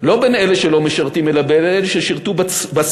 לא בין אלה שלא משרתים אלא בין אלה ששירתו בסדיר,